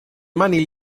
mani